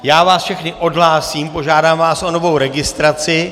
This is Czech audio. Já vás všechny odhlásím, požádám vás o novou registraci.